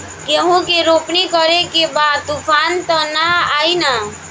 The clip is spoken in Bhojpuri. गेहूं के रोपनी करे के बा तूफान त ना आई न?